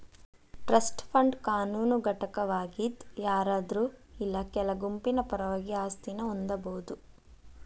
trust fund ಕಾನೂನು ಘಟಕವಾಗಿದ್ ಯಾರಾದ್ರು ಇಲ್ಲಾ ಕೆಲ ಗುಂಪಿನ ಪರವಾಗಿ ಆಸ್ತಿನ ಹೊಂದಬೋದು